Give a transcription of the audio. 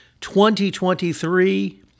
2023